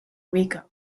rico